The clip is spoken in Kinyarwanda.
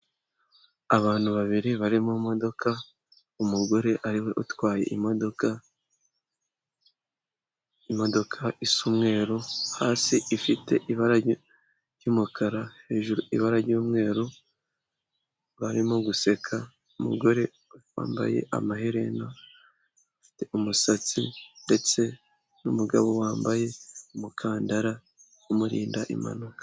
Abantu babiri bari mu modoka, umugore ariwe utwaye imodoka. Imodoka isa umweru hasi ifite ibara ry'umukara hejuru ibara ry'umweru barimo guseka, umugore wambaye amaherena ufite umusatsi ndetse n'umugabo wambaye umukandara umurinda impanuka.